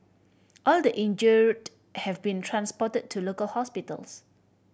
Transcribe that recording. all the injured have been transported to local hospitals